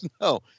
no